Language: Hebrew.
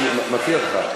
אני מציע לך.